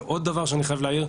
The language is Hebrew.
ועוד דבר שאני חייב להעיר,